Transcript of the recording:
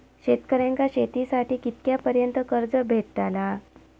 शेतकऱ्यांका शेतीसाठी कितक्या पर्यंत कर्ज भेटताला?